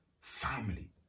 family